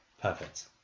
Perfect